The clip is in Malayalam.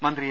മന്ത്രി എ